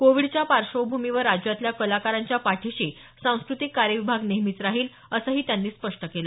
कोविडच्या पार्श्वभूमीवर राज्यातल्या कलाकारांच्या पाठीशी सांस्कृतिक कार्य विभाग नेहमीच राहील असंही त्यांनी स्पष्ट केल